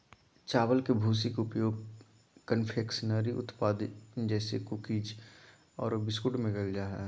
चावल के भूसी के उपयोग कन्फेक्शनरी उत्पाद जैसे कुकीज आरो बिस्कुट में कइल जा है